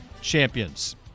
champions